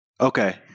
Okay